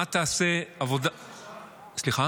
מה תעשה --- כמה יש עכשיו?